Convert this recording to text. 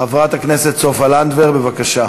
חברת הכנסת סופה לנדבר, בבקשה.